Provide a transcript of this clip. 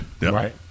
Right